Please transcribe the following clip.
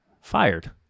Fired